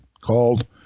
called